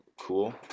cool